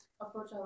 approach